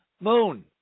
moon